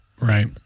Right